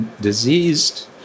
diseased